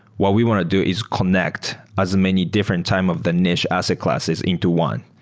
what we want to do is connect as many different time of the niche asset classes into one.